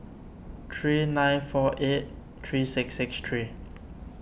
three nine four eight three six six three